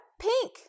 Pink